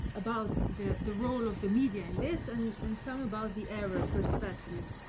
about the the role of the media in this, and and some about the arab perspective